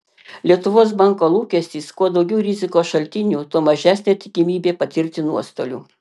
lietuvos banko lūkestis kuo daugiau rizikos šaltinių tuo mažesnė tikimybė patirti nuostolių